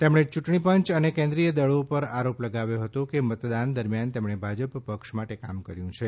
તેમણે ચૂંટણીપંય વતી કેન્દ્રીય દળો પર આરોગ્ય લગાવ્યો હતો કે મતદાન દરમિયાન તેમણે ભાજપ પક્ષ માટે કામ કર્યું છે